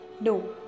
No